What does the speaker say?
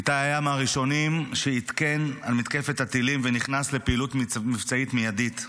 איתי היה מהראשונים שעדכן על מתקפת הטילים ונכנס לפעילות מבצעית מיידית.